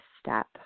step